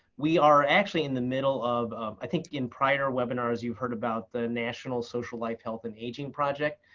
we are actually in the middle of i think in prior webinars you heard about the national social life health and aging project,